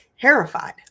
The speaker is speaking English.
terrified